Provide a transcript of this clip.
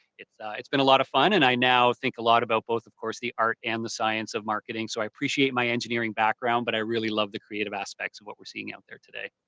it's it's been a lot of fun and i now think a lot about both, of course, the art and the science of marketing. so i appreciate my engineering background but i really love the creative aspects of what we are seeing out there today.